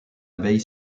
abeille